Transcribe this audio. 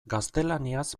gaztelaniaz